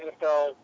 NFL